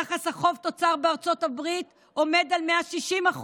יחס החוב תוצר בארצות הברית עומד על 160%,